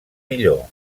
millor